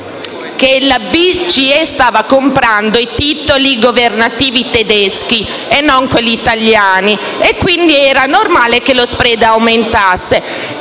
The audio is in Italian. che la BCE stava comprando i titoli governativi tedeschi e non quelli italiani, quindi era normale che lo *spread* aumentasse.